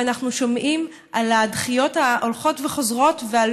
ואנחנו שומעים על הדחיות ההולכות וחוזרות ועל